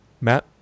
Matt